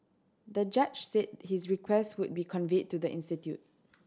the judge said his request would be conveyed to the institute